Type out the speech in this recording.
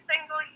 single